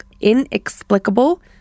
inexplicable